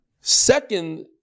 Second